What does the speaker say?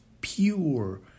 pure